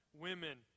women